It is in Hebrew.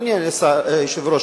אדוני היושב-ראש,